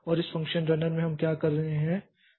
और इस function runner में हम क्या कर रहे हैं